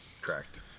Correct